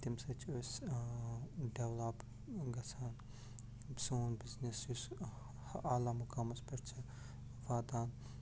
تٔمۍ سۭتۍ چھِ أسۍ ڈیولَپ گژھان سون بِزنِس یُس آلا مُقامَس پٮ۪ٹھ چھِ واتان